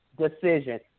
decision